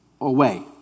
away